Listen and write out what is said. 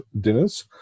dinners